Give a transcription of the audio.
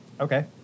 Okay